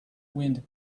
wind